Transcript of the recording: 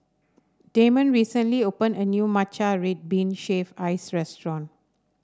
Damon recently opened a new Matcha Red Bean Shaved Ice restaurant